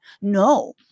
No